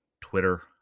Twitter